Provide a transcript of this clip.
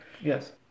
Yes